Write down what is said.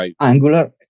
Angular